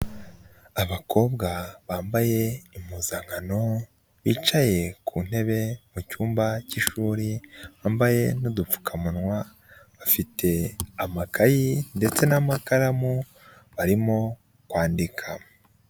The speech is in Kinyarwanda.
Abakobwa bambaye impuzankano bicaye ku ntebe mu cyumba cy'ishuri bambaye n'udupfukamunwa bafite amakayi ndetse n'amakaramu barimo kwandika.